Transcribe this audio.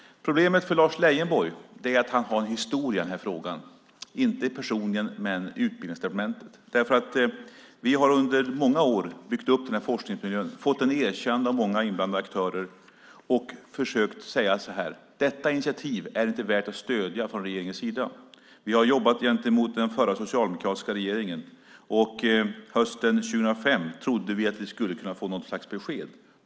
Problemet för Lars Leijonborg är att han har en historia i den här frågan, inte personligen men genom Utbildningsdepartementet. Vi har under många år byggt upp den här forskningsmiljön, fått den erkänd av många inblandade aktörer och försökt säga så här: Detta initiativ är väl inte värt att stödja från regeringens sida. Vi har jobbat gentemot den förra socialdemokratiska regeringen, och hösten 2005 trodde vi att vi skulle kunna få något slags besked.